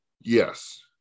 yes